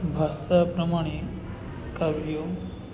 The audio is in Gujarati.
ભાષા પ્રમાણે કાવ્યો